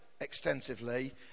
extensively